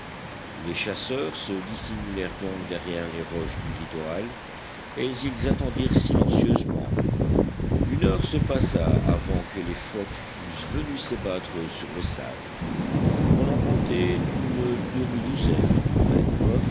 les chasseurs se dissimulèrent donc derrière les roches du littoral et ils attendirent silencieusement une heure se passa avant que les phoques fussent venus s'ébattre sur le sable on en comptait une demi-douzaine